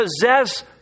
possess